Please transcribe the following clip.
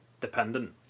dependent